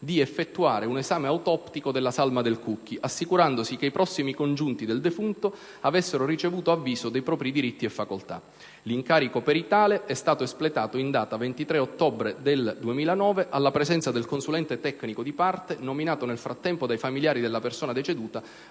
di effettuare un esame autoptico della salma del Cucchi, assicurandosi che i prossimi congiunti del defunto avessero ricevuto avviso dei propri diritti e facoltà. L'incarico peritale è stato espletato in data 23 ottobre del 2009 alla presenza del consulente tecnico di parte nominato nel frattempo dai familiari della persona deceduta,